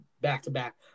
back-to-back